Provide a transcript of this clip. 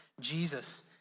Jesus